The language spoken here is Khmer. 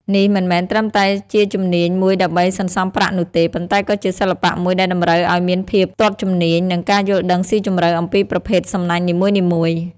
នេះមិនមែនត្រឹមតែជាជំនាញមួយដើម្បីសន្សំប្រាក់នោះទេ ប៉ុន្តែក៏ជាសិល្បៈមួយដែលតម្រូវឲ្យមានភាពស្ទាត់ជំនាញ និងការយល់ដឹងស៊ីជម្រៅអំពីប្រភេទសំណាញ់នីមួយៗ។